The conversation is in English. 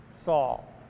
Saul